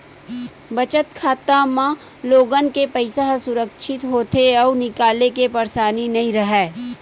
बचत खाता म लोगन के पइसा ह सुरक्छित होथे अउ निकाले के परसानी नइ राहय